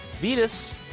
Vetus